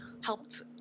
helped